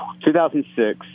2006